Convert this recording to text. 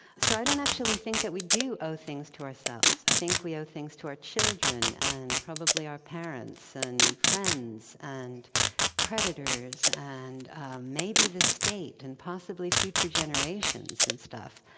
so i don't actually think that we do owe things to ourselves. i think we owe things to our children and probably our parents and friends and creditors and maybe the state, and possibly future generations and stuff.